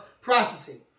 processing